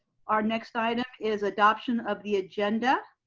our next item is adoption of the agenda,